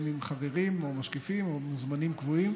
חברים או משקיפים או מוזמנים קבועים